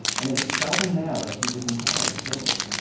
and it was seldom now that he was entirely sober.